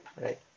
Right